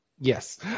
Yes